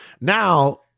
Now